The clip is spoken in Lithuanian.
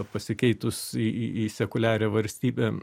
pasikeitus į į sekuliarią valstybę